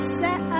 set